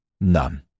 None